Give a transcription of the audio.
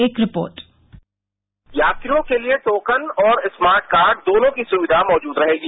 एक रिपोर्ट यात्रियों के लिए टोकन और स्मार्टकार्ड दोनों की सुविधा मौजूद रहेगी